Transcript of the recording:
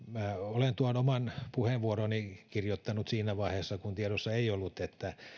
olen oman puheenvuoroni kirjoittanut siinä vaiheessa kun tiedossa ei ollut että